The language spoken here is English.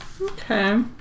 Okay